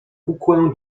kukłę